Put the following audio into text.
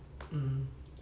hmm